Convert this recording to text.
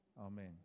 amen